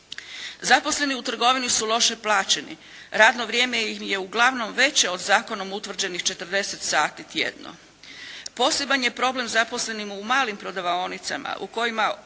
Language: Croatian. Zaposleni u trgovini su loše plaćeni, radno vrijeme im je uglavnom veće od zakonom utvrđenih 40 sati tjedno. Poseban je problem zaposlenima u malim prodavaonicama u kojima